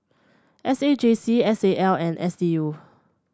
S A J C S A L and S D U